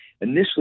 initially